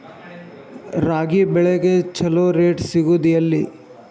ರಾಗಿ ಬೆಳೆಗೆ ಛಲೋ ರೇಟ್ ಸಿಗುದ ಎಲ್ಲಿ?